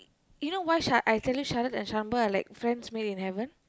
you know why sha~ I tell you Sharath and Shaan boy are like friends made in heaven